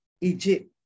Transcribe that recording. Egypt